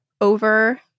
over